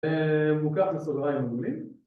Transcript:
אה... מוקף בסוגריים עגולים